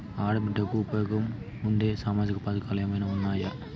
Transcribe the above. ఆడ బిడ్డలకు ఉపయోగం ఉండే సామాజిక పథకాలు ఏమైనా ఉన్నాయా?